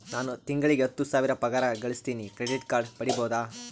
ನಾನು ತಿಂಗಳಿಗೆ ಹತ್ತು ಸಾವಿರ ಪಗಾರ ಗಳಸತಿನಿ ಕ್ರೆಡಿಟ್ ಕಾರ್ಡ್ ಪಡಿಬಹುದಾ?